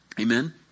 Amen